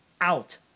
Out